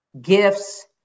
gifts